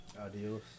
adios